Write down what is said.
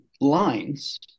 lines